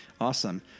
Awesome